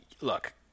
look